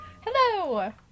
hello